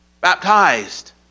baptized